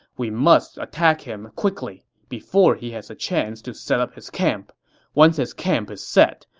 we must attack him quickly, before he has a chance to set up his camp. once his camp is set,